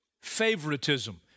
favoritism